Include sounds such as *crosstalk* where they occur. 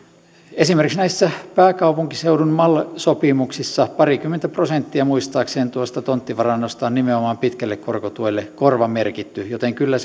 esimerkiksi pääkaupunkiseudun mal sopimuksissa parikymmentä prosenttia muistaakseni tuosta tonttivarannosta on nimenomaan pitkälle korkotuelle korvamerkitty joten kyllä *unintelligible*